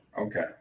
okay